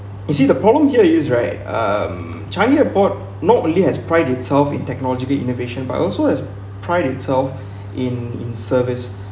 you see the problem here is right um changi airport not only has pride itself in technological innovation but also has pride itself in in service